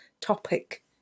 topic